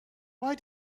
why